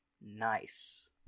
Nice